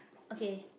okay